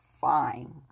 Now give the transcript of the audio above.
fine